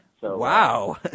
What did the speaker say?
Wow